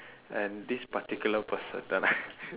and this particular person no lah